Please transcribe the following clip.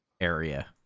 area